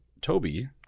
Toby